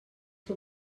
que